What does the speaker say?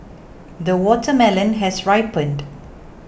the watermelon has ripened